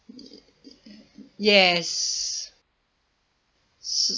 yes